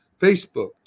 Facebook